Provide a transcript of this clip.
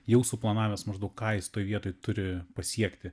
jau suplanavęs maždaug ką jis toj vietoj turi pasiekti